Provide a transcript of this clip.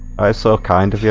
so kind of yeah